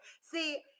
See